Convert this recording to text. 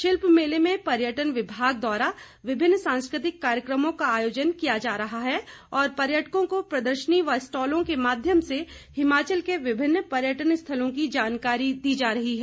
शिल्प मेले में पर्यटन विभाग द्वारा विभिन्न सांस्कृतिक कार्यक्रमों का आयोजन किया जा रहा है और पर्यटकों को प्रदर्शनी व स्टालों के माध्यम से हिमाचल के विभिन्न पर्यटन स्थलों की जानकारी दी जा रही है